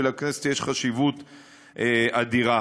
ולכנסת יש חשיבות אדירה,